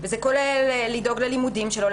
זה כולל לדאוג ללימודים שלו,